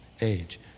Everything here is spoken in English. age